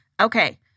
Okay